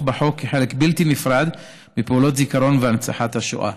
בחוק כחלק בלתי נפרד מפעולות הזיכרון והנצחת השואה.